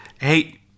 hey